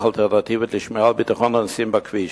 אלטרנטיבית לשמירה על ביטחון הנוסעים בכביש.